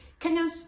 kenyans